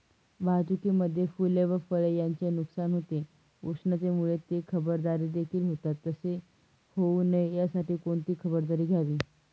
वाहतुकीमध्ये फूले व फळे यांचे नुकसान होते, उष्णतेमुळे ते खराबदेखील होतात तसे होऊ नये यासाठी कोणती खबरदारी घ्यावी?